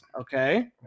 Okay